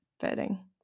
fitting